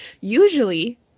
Usually